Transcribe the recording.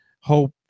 hope